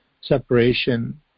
separation